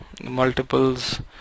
multiples